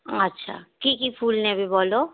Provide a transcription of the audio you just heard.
আচ্ছা কী কী ফুল নেবে বলো